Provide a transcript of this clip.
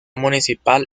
municipal